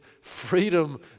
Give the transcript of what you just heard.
freedom